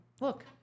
look